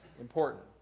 important